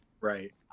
Right